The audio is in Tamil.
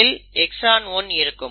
இதில் எக்ஸான் 1 இருக்கும்